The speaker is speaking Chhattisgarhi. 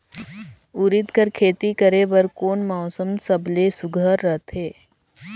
उरीद कर खेती करे बर कोन मौसम सबले सुघ्घर रहथे?